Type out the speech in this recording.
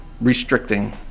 restricting